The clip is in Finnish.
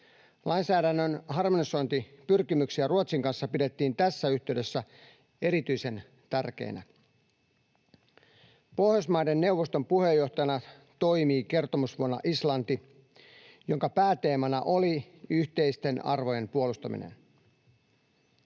Lainsäädännön harmonisointipyrkimyksiä Ruotsin kanssa pidettiin tässä yhteydessä erityisen tärkeinä. Pohjoismaiden neuvoston puheenjohtajana toimi kertomusvuonna Islanti, jonka pääteemana oli yhteisten arvojen puolustaminen.